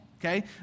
okay